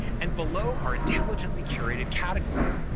and below are intelligently curated categories.